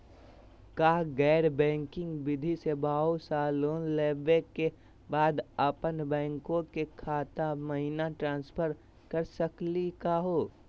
का गैर बैंकिंग वित्तीय सेवाएं स लोन लेवै के बाद अपन बैंको के खाता महिना ट्रांसफर कर सकनी का हो?